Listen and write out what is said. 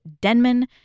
Denman